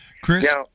Chris